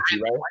right